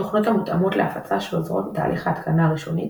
תוכנות המותאמות להפצה שעוזרות בתהליך ההתקנה הראשונית